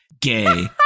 Gay